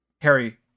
Harry